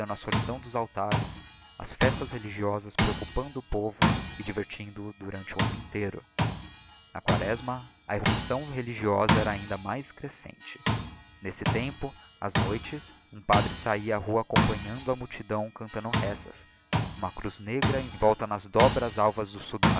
a solidão dos altares as festas religiosas preoccupando o povo e divertindo o durante o anno inteiro na quaresma a irrupção religiosa era ainda mais crescente n'esse tempo ás noites um padre sahia á rua acompanhado da multidão cantando rezas uma cruz negra envolta nas dobras alvas do